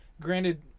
Granted